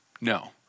no